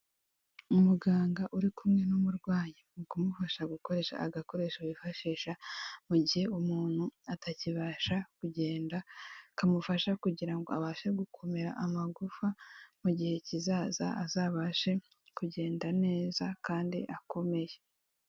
Umuganga uri kumwe n'umurwayi uri kumufasha gukoresha agakoresho bifashisha, mu gihe umuntu atakibasha kugenda kamufasha kugira ngo abashe gukomera amagufwa, mu gihe kizaza azabashe kugenda neza kandi akomeye.